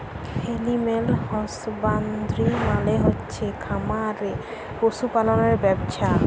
animal husbandry মালে হচ্ছে খামারে পশু পাললের ব্যবছা